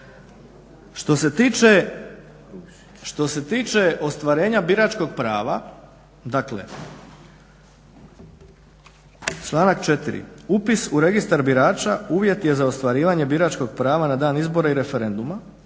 Što se tiče ostvarenja biračkog prava, dakle članak 4. upis u registar birača uvjet je za ostvarivanje biračkog prava na dan izbora i referenduma.